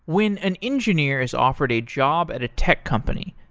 when an engineer is offered a job at a tech company,